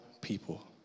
people